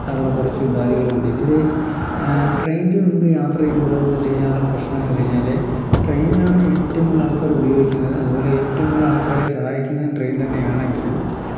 അതിനുള്ള കുറച്ചു ഉപാധികളുണ്ട് ഇതിൽ ട്രെയിനിൽ നമുക്ക് യാത്ര ചെയ്യുമ്പോളെന്ന് വച്ചു കഴിഞ്ഞാലുള്ള പ്രശ്നമെന്ന് വച്ചു കഴിഞ്ഞാൽ ട്രെയിനാണ് ഏറ്റവും കൂടുതൽ ആൾക്കാർ ഉപയോഗിക്കുന്നത് അതുപോലെ ഏറ്റവും കൂടുതലാൾക്ക് സഹായിക്കുന്നത് ട്രെയിൻ തന്നെയാണെങ്കിലും